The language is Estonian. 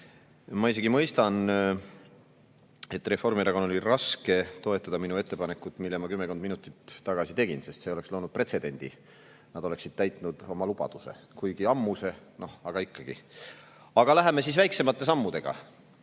Ma isegi mõistan, et Reformierakonnal oli raske toetada minu ettepanekut, mille ma kümmekond minutit tagasi tegin, sest see oleks loonud pretsedendi. Nad oleksid täitnud oma lubaduse – kuigi ammuse, aga ikkagi. Aga läheme väiksemate sammudega.